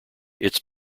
its